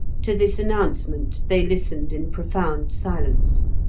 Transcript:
to this announcement they listened in profound silence.